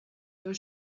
your